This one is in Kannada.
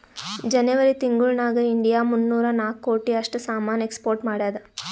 ಜನೆವರಿ ತಿಂಗುಳ್ ನಾಗ್ ಇಂಡಿಯಾ ಮೂನ್ನೂರಾ ನಾಕ್ ಕೋಟಿ ಅಷ್ಟ್ ಸಾಮಾನ್ ಎಕ್ಸ್ಪೋರ್ಟ್ ಮಾಡ್ಯಾದ್